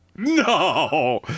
No